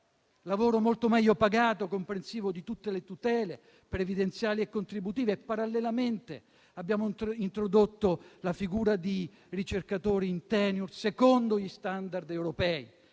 e molto meglio pagato, comprensivo di tutte le tutele previdenziali e contributive. Parallelamente abbiamo introdotto la figura di ricercatore in *tenure track*, secondo gli standard europei.